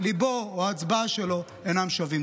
ליבו וההצבעה שלו אינם שווים.